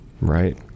Right